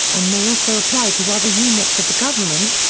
and may also apply to other units of the government,